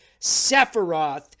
Sephiroth